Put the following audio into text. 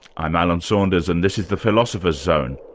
i'm alan saunders and this is the philosopher's zone.